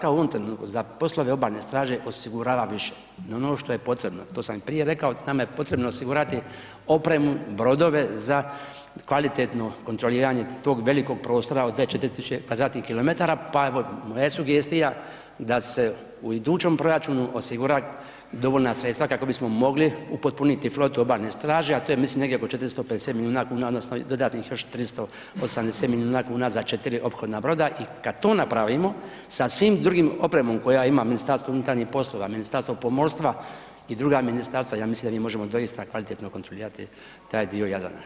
u ovom trenutku za poslove obalne straže osigurava više i ono što je potrebno, to sam i prije rekao, nama je potrebno osigurati opremu, brodove za kvalitetno kontroliranje tog velikog prostora od 24 000 km2, pa evo moja je sugestija da se u idućem proračunu osigura dovoljna sredstva kako bismo mogli upotpuniti flotu obalne straže, a to je mislim negdje oko 450 milijuna kuna odnosno dodatnih još 380 milijuna kuna za 4 ophodna broda i kad to napravimo, sa svim drugim opremom koja ima MUP, Ministarstvo pomorstva i druga ministarstva, ja mislim da mi možemo doista kvalitetno kontrolirati taj dio Jadrana.